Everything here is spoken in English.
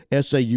SAU